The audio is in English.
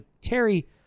Terry